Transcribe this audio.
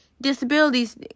disabilities